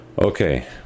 Okay